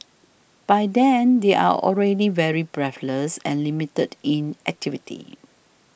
by then they are already very breathless and limited in activity